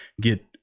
get